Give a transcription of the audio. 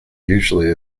usually